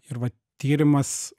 ir vat tyrimas